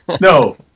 No